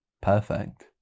perfect